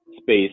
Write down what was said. space